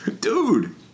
dude